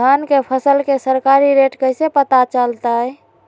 धान के फसल के सरकारी रेट कैसे पता चलताय?